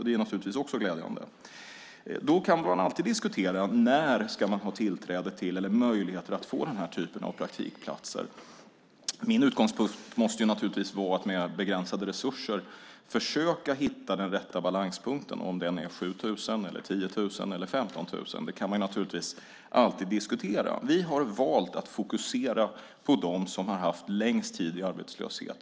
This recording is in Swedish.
Det är naturligtvis också glädjande. Då kan man alltid diskutera när man ska ha tillträde till eller möjligheter att få den här typen av praktikplatser. Min utgångspunkt måste naturligtvis vara att med begränsade resurser försöka hitta den rätta balanspunkten. Man kan naturligtvis alltid diskutera om den är 7 000 eller 10 000 eller 15 000. Vi har valt att fokusera på dem som har haft längst tid i arbetslöshet.